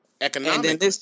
economic